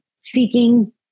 seeking